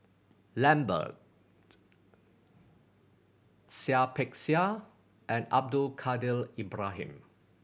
Lambert Seah Peck Seah and Abdul Kadir Ibrahim